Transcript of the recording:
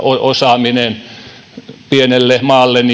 osaaminen on pienelle maalle